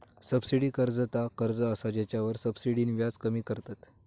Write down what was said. subsidy कर्ज ता कर्ज असा जेच्यावर सब्सिडीन व्याज कमी करतत